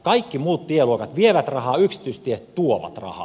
kaikki muut tieluokat vievät rahaa yksityistiet tuovat rahaa